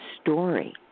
story